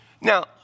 Now